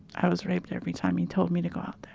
i was raped every time he told me to go out